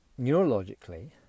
neurologically